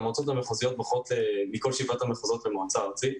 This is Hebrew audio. והמועצות המחוזיות בוחרות מכל שבעת המחוזות למועצה הארצית.